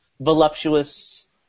voluptuous